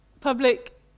public